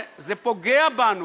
זה פוגע בנו,